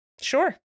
sure